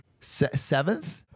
seventh